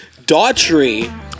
Daughtry